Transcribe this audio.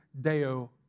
deo